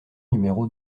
numéro